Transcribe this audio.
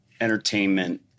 entertainment